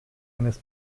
eines